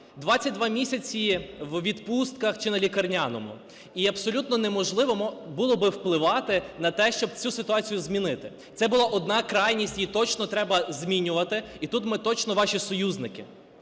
22 місяці у відпустках чи на лікарняному. І абсолютно неможливо було би впливати на те, щоб цю ситуацію змінити. Це була одна крайність і її точно треба змінювати, і тут ми точно ваші союзники.